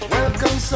Welcome